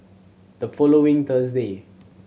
the following Thursday